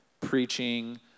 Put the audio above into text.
preaching